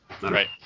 Right